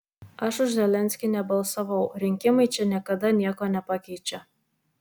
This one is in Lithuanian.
aš už zelenskį nebalsavau rinkimai čia niekada nieko nepakeičia